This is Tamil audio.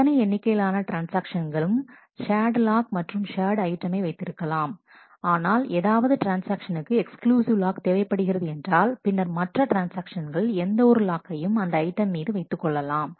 எத்தனை எண்ணிக்கையிலான ட்ரான்ஸ்ஆக்ஷன்களும் ஷேர்டு லாக் மற்றும் ஷேர்டு ஐட்டமை வைத்திருக்கலாம் ஆனால் ஏதாவது ட்ரான்ஸ்ஆக்ஷனுக்கு எக்ஸ்க்ளூசிவ் லாக் தேவைப்படுகிறது என்றால் பின்னர் மற்ற ட்ரான்ஸ்ஆக்ஷன்கள் எந்த ஒரு லாக்கையும் அந்த ஐட்டம் மீது வைத்துக்கொள்ளலாம்